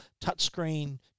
touchscreen